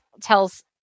tells